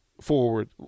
Forward